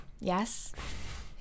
Yes